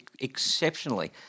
exceptionally